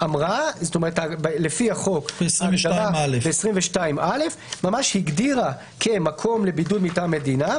לפי החוק ב-22א הגדירה כמקום לבידוד מטעם המדינה,